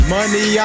Money